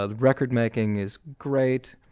ah record-making is great.